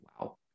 wow